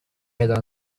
had